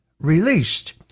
released